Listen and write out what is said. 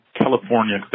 California